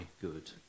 good